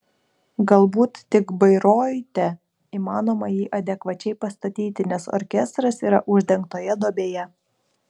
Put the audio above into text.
galbūt tik bairoite įmanoma jį adekvačiai pastatyti nes orkestras yra uždengtoje duobėje